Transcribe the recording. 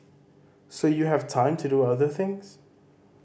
so you have time to do other things